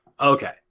Okay